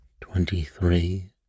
Twenty-three